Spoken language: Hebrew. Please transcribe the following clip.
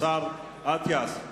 השר אטיאס,